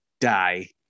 die